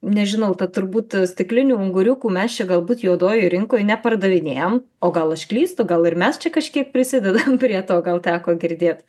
nežinau tad turbūt stiklinių unguriukų mes čia galbūt juodojoj rinkoj nepardavinėjam o gal aš klystu gal ir mes čia kažkiek prisidedam prie to gal teko girdėt